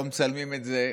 לא מצלמים את זה,